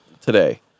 today